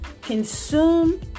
Consume